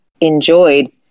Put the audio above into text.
enjoyed